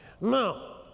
Now